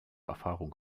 erfahrung